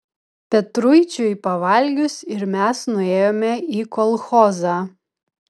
petruičiui pavalgius ir mes nuėjome į kolchozą